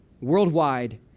worldwide